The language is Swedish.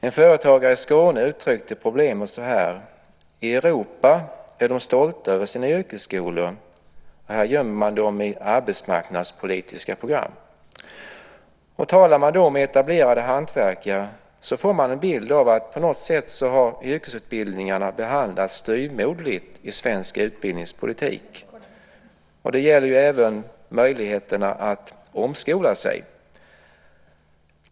En företagare i Skåne uttryckte problemet så här: I Europa är de stolta över sina yrkesskolor. Här gömmer man dem i arbetsmarknadspolitiska program. Talar man med etablerade hantverkare får man en bild av att yrkesutbildningarna på något sätt har behandlats styvmoderligt i svensk utbildningspolitik. Det gäller även möjligheterna att omskola sig.